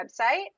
website